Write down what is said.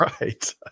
right